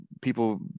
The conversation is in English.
people